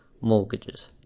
mortgages